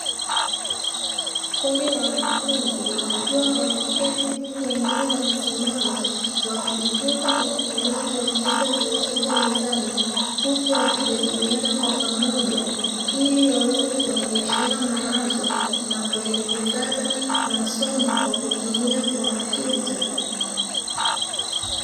Kundi la wanafunzi wakiwa wameketi huku wengine wamesimama wakijifunza kwa kutumia kompyuta zilizopo mezani huku wakijadiliana kwa pamoja ili waweze kubadilishana mawazo na kuelekezana masomo kwa kutumia kompyuta.